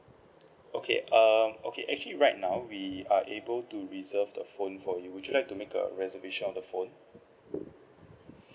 okay um okay actually right now we are able to reserve the phone for you would you like to make a reservation on the phone